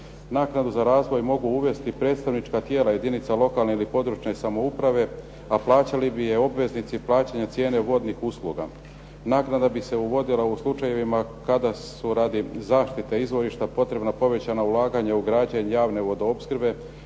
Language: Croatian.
Naknadu za razvoj mogu uvesti predstavnička tijela jedinica lokalne ili područne samouprave, a plaćali bi je obveznici plaćanja cijene vodnih usluga. Naknada bi se uvodila u slučajevima kada su radi zaštite izvorišta potrebna povećana ulaganja u građenje javne vodoopskrbe